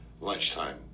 lunchtime